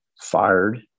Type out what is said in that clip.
fired